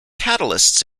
catalysts